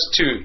two